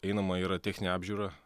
einama yra techninė apžiūra